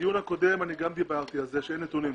בדיון הקודם גם דיברתי על זה, שאין נתונים.